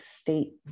state